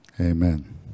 amen